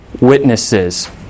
witnesses